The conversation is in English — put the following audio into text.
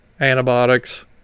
antibiotics